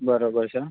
બરાબર છે